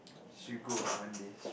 should go ah one day